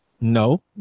No